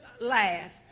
laugh